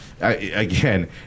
again